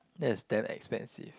that is damn expensive